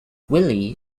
willy